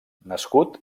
nascut